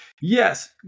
Yes